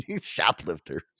Shoplifter